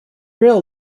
rail